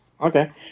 okay